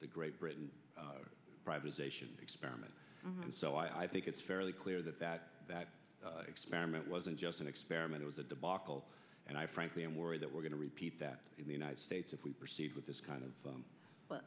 the great britain privatisation experiment and so i think it's fairly clear that that that experiment wasn't just an experiment was a debacle and i frankly am worried that we're going to repeat that in the united states if we proceed with this kind of